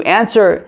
answer